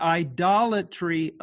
idolatry